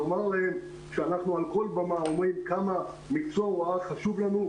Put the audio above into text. לומר להם שאנחנו על כל במה אומרים כמה מקצוע ההוראה חשוב לנו.